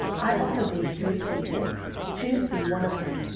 i offer thee three things choose thee one of them,